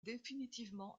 définitivement